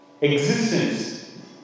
existence